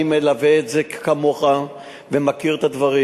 אני מלווה את זה כמוך ומכיר את הדברים,